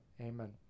Amen